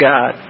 God